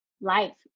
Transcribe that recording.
life